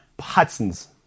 Hudson's